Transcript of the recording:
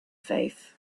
faith